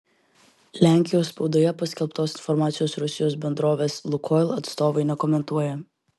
lenkijos spaudoje paskelbtos informacijos rusijos bendrovės lukoil atstovai nekomentuoja